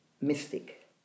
mystic